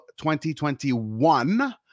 2021